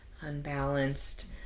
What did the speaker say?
unbalanced